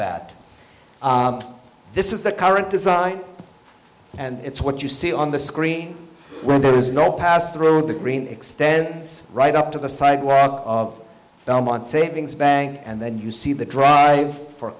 that this is the current design and it's what you see on the screen when there is no pass through the green extends right up to the sidewalk of belmont savings bank and then you see the drive for